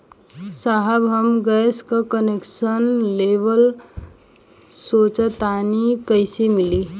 साहब हम गैस का कनेक्सन लेवल सोंचतानी कइसे मिली?